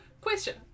Question